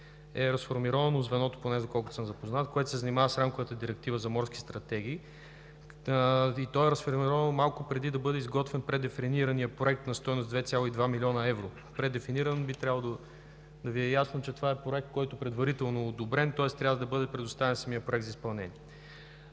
е разформировано звеното, поне доколкото съм запознат, което се занимава с Рамковата директива за Морска стратегия. То е разформировано малко преди да бъде изготвен предефинираният проект на стойност 2,2 млн. евро. Предефиниран – би трябвало да Ви е ясно, че това е проект, който предварително е одобрен, тоест трябва да бъде предоставен самият проект за изпълнение.